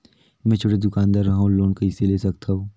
मे छोटे दुकानदार हवं लोन कइसे ले सकथव?